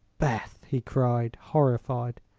beth! he cried, horrified.